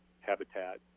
habitat